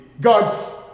God's